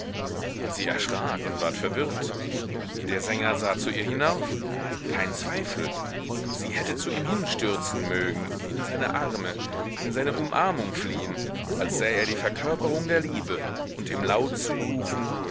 sie erschrak und ward verwirrt der sänger sah zu ihr hinauf kein zweifel sie hätte zu ihm hinstürzen mögen in seine arme in seine umarmung fliehen als sei er die verkörperung der liebe und ihm laut zurufen